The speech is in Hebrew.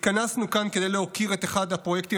התכנסנו כאן כדי להוקיר את אחד הפרויקטים